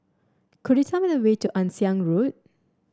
could you tell me the way to Ann Siang Road